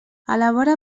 elabora